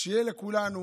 שיהיה לכולנו